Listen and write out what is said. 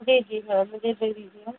जी जी हाँ मुझे दे दीजिए आप